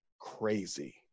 crazy